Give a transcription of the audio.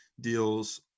deals